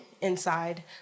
inside